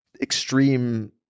extreme